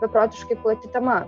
beprotiškai plati tema